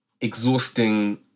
exhausting